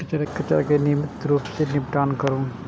कचरा के नियमित रूप सं निपटान करू